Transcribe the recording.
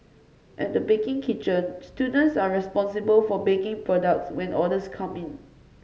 at the baking kitchen students are responsible for baking products when orders come in